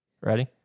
Ready